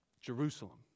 Jerusalem